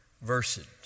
verses